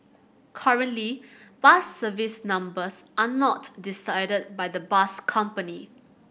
currently bus service numbers are not decided by the bus company